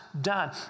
done